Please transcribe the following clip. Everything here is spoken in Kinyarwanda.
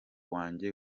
wanjye